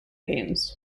games